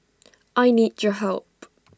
I need your help